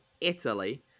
Italy